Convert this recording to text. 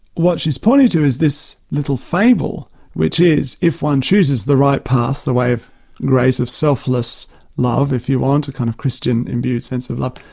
what she is pointing to is this little fable which is, if one chooses the right path, the way of grace, of selfless love, if you want. a kind of christian imbued sense of love,